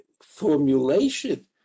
formulation